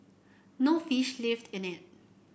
no fish lived in it